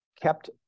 kept